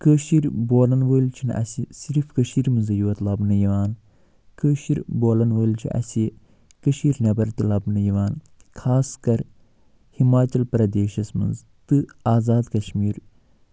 کٲشِر بولَن وٲلۍ چھِ نہٕ اَسہِ صرف کٔشیٖر منٛزٕے یوٚت لَبنہٕ یِوان کٲشِر بولَن وٲلۍ چھِ اَسہِ کٔشیٖر نٮ۪بَر تہِ لَبنہٕ یِوان خاص کر ہِماچَل پریدیشَس منٛز تہٕ آزاد کَشمیٖر